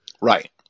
Right